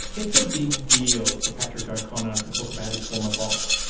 it's a big deal for patrick o'connor to talk about his former boss.